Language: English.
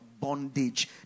bondage